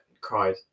cried